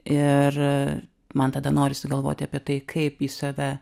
ir man tada norisi galvoti apie tai kaip į save